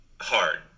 hard